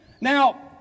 Now